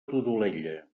todolella